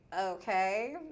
okay